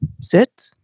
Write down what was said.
sit